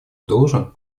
должен